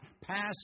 pass